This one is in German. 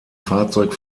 fahrzeug